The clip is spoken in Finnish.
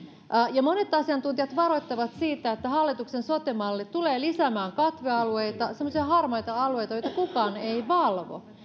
ja monet asiantuntijat varoittavat siitä että hallituksen sote malli tulee lisäämään katvealueita semmoisia harmaita alueita joita kukaan ei valvo